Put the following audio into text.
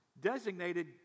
designated